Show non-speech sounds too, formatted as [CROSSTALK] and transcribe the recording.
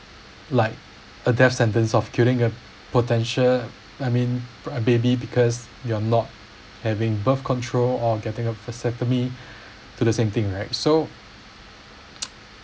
like a death sentence of killing a potential I mean a baby because you're not having birth control or getting a vasectomy [BREATH] to the same thing right so [NOISE]